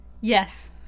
Yes